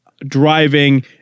driving